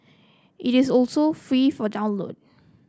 it is also free for download